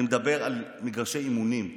אני מדבר על מגרשי אימונים,